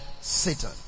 Satan